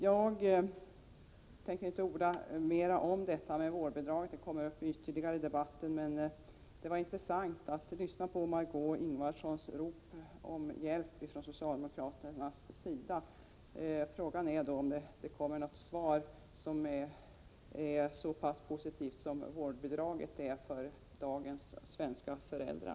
Jag tänker inte orda mer om vårdnadsbidraget, det kommer upp ytterligarei debatten. Det var emellertid intressant att lyssna till Margö Ingvardssons rop på hjälp från socialdemokraternas sida. Frågan är om det kommer något svar som är så pass positivt som vårdnadsbidraget är för dagens svenska föräldrar.